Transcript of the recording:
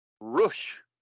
Rush